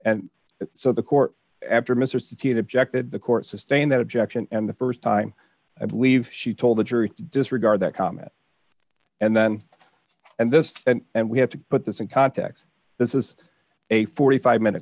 and so the court after mr citied objected the court sustained that objection and the st time i believe she told the jury disregard that comment and then and this and we have to put this in context this is a forty five minute